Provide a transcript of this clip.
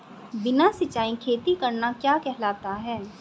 बिना सिंचाई खेती करना क्या कहलाता है?